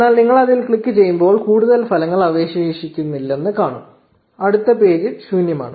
എന്നാൽ നിങ്ങൾ അതിൽ ക്ലിക്ക് ചെയ്യുമ്പോൾ കൂടുതൽ ഫലങ്ങൾ അവശേഷിക്കുന്നില്ലെന്ന് കാണാം അടുത്ത പേജ് ശൂന്യമാണ്